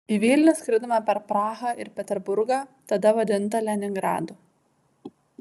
į vilnių skridome per prahą ir peterburgą tada vadintą leningradu